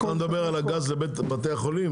אתה מדבר על הגז לבתי החולים?